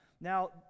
Now